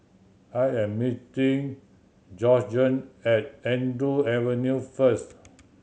I am meeting Georgene at Andrew Avenue first